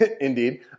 indeed